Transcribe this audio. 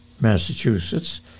Massachusetts